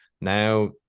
now